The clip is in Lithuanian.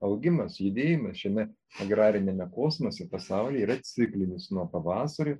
augimas judėjime šiame agrariniame kosmose pasaulyje yra ciklinis nuo pavasario